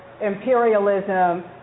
imperialism